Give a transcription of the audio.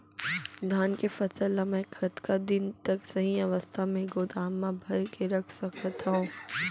धान के फसल ला मै कतका दिन तक सही अवस्था में गोदाम मा भर के रख सकत हव?